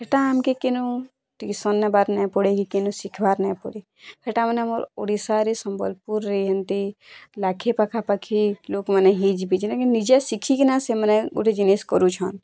ଇଟା ଆମକେ କେନୁ ଟିକେ ନାଇଁ ପଡ଼େ କି କେନୁ ଶିଖିବାର୍ ନାଇଁ ପଡ଼େ ହେଟା ମାନେ ଆମର୍ ଓଡ଼ିଶାରେ ସମ୍ବଲପୁର୍ରେ ହେନ୍ତି ଲାକ୍ଷେ ପାଖାପାଖି ଲୋକ୍ମାନେ ହେଇଯିବେ ଯେନ୍ତା କି ନିଜେ ଶିଖିକିନା ସେମାନେ ଗୋଟେ ଜିନିଷ୍ କରୁଛନ୍